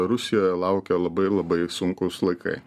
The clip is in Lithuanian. rusijoje laukia labai labai sunkūs laikai